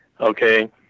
Okay